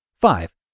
Five